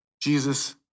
Jesus